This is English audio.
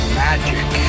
magic